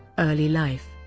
early life